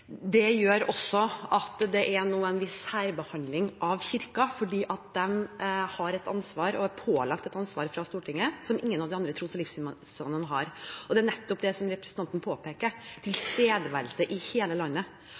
en viss særbehandling av Kirken, fordi de har et ansvar – og er pålagt et ansvar fra Stortinget – som ingen av de andre tros- og livssynssamfunnene har, og det er nettopp det som representanten påpeker: tilstedeværelse i hele landet.